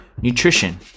Nutrition